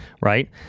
Right